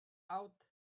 out